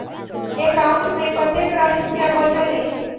account मे कतेक रास रुपया बचल एई